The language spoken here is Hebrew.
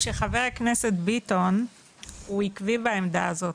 ואני חייבת לומר שחבר הכנסת ביטון הוא עקבי בעמדה הזאת,